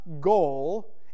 goal